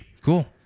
Cool